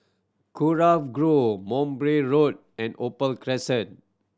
Kurau Grove Monbray Road and Opal Crescent